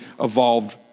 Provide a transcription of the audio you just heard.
evolved